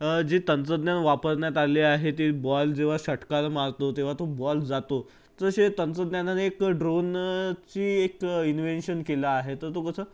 जे तंत्रज्ञान वापरण्यात आले आहे ते बॉल जेव्हा षटकार मारतो तेव्हां तो बॉल जातो तसे तंत्रज्ञानाने एक ड्रोन ची एक इन्व्हेंशन केला आहे तर तो कसं